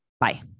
Bye